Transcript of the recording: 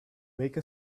make